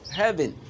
heaven